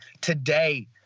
Today